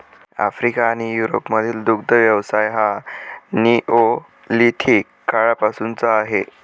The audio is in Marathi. आफ्रिका आणि युरोपमधील दुग्ध व्यवसाय हा निओलिथिक काळापासूनचा आहे